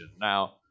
Now